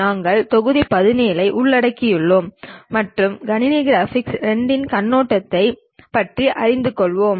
நாங்கள் தொகுதி 17 ஐ உள்ளடக்கியுள்ளோம் மற்றும் கணினி கிராபிக்ஸ் II இன் கண்ணோட்டத்தைப் பற்றி அறிந்து கொள்கிறோம்